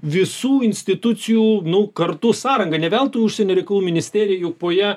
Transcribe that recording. visų institucijų nu kartu sąranga ne veltui užsienio reikalų ministerija jau po ja